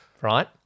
right